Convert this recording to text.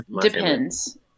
Depends